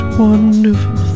wonderful